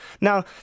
Now